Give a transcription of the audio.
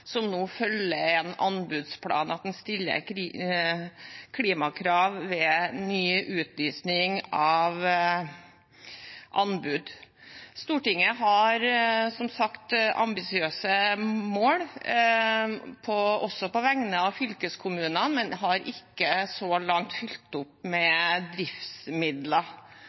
som nå følger en anbudsplan – at en stiller klimakrav ved ny utlysning av anbud. Stortinget har, som sagt, ambisiøse mål også på vegne av fylkeskommunene, men har ikke så langt fulgt opp med driftsmidler.